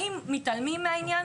האם מתעלמים מהעניין?